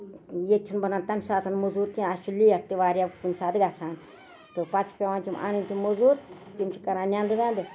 تہٕ ییٚتہِ چھُنہٕ بَنان تَمہِ ساتَن موزوٗر کیٚنٛہہ اَسہِ چھُ لیٹ تہِ واریاہ کُنہِ ساتَن گژھان تہٕ پَتہٕ چھُ پیوان تِم اَنٕنۍ تِم موزوٗر تِم چھِ کران نیندٕ ویندٕ